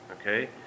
Okay